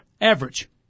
Average